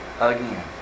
again